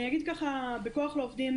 אני אומר שבכוח לעובדים,